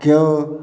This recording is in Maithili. केओ